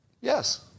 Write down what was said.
yes